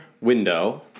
window